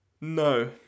No